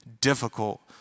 difficult